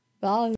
Bye